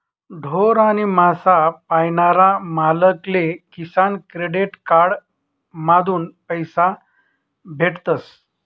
ढोर आणि मासा पायनारा मालक ले किसान क्रेडिट कार्ड माधून पैसा भेटतस